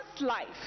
life